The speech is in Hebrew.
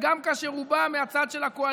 גם כאשר הוא בא מהצד של הקואליציה,